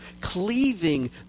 cleaving